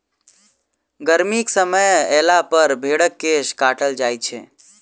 गर्मीक समय अयलापर भेंड़क केश काटल जाइत छै